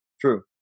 true